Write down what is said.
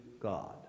God